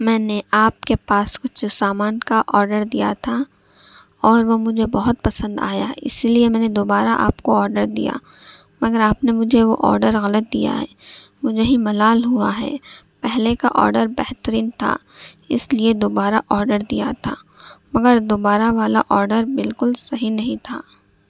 میں نے آپ کے پاس کچھ سامان کا آڈر دیا تھا اور وہ مجھے بہت پسند آیا اسی لیے میں نے دوبارہ آپ کو آڈر دیا مگر آپ نے مجھے وہ آڈر غلط دیا ہے مجھے ہی ملال ہوا ہے پہلے کا آڈر بہترین تھا اس لیے دوبارہ آڈر دیا تھا مگر دوبارہ والا آڈر بالکل صحیح نہیں تھا